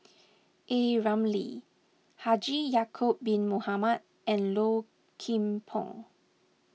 A Ramli Haji Ya'Acob Bin Mohamed and Low Kim Pong